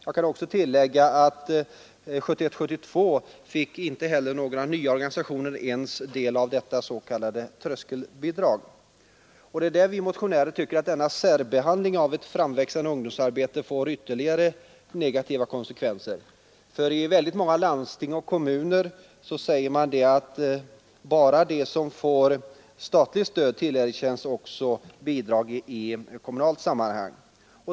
Jag kan tillägga att under 1971/72 inga nya organisationer har fått del av detta s.k. tröskelbidrag. Vi motionärer menar att denna särbehandling av ett framväxande ungdomsarbete får ytterligare negativa konsekvenser. I flera landsting och kommuner tillerkänns nämligen bara organisationer som får fullt statligt stöd bidrag i kommunalt sammanhang.